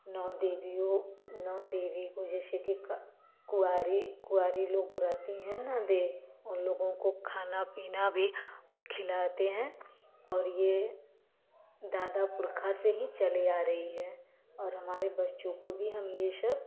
नौ देवियों नौ देवी जैसे कि कुंवारी लोग रहती हैं न उन लोगों को खाना पीना भी खिलाते हैं और ये दादा पुरखा से ही चली आ रही है और हमारे बच्चों को ये सब